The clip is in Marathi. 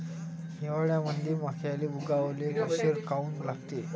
हिवाळ्यामंदी मक्याले उगवाले उशीर काऊन लागते?